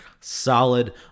solid